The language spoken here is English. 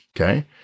okay